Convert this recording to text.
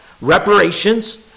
reparations